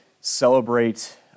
celebrate